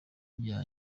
rya